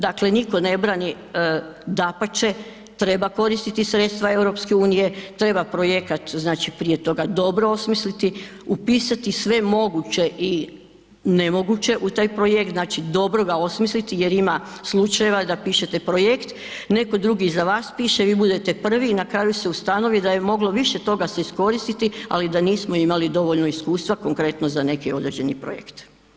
Dakle, niko ne brani, dapače treba koristiti sredstva EU, treba projekat znači prije toga dobro osmisliti, upisati sve moguće i nemoguće u taj projekt, znači dobro ga osmisliti jer ima slučajeva da pišete projekt, neko drugi za vas piše, vi budete prvi i na kraju se ustanovi da je moglo više toga se iskoristiti, ali da nismo imali dovoljno iskustva konkretno za neki određeni projekt.